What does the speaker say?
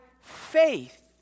faith